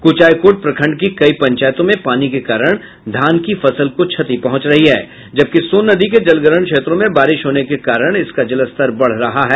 कुचायकोट प्रखंड की कई पंचायतों में पानी के कारण धान की फसल को क्षति पहुंच रही है जबकि सोन नदी के जलग्रहण क्षेत्रों में बारिश होने के कारण इसका जलस्तर बढ़ रहा है